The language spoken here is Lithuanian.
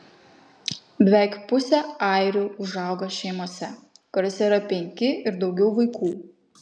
beveik pusė airių užauga šeimose kuriose yra penki ir daugiau vaikų